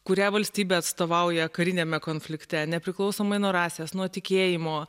kurią valstybę atstovauja kariniame konflikte nepriklausomai nuo rasės nuo tikėjimo